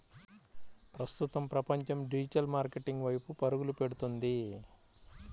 ప్రస్తుతం ప్రపంచం digital marketing వైపు పరుగులు పెడుతుంది